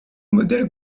modèle